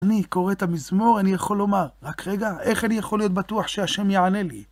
אני קורא את המזמור, אני יכול לומר, רק רגע, איך אני יכול להיות בטוח שהשם יענה לי?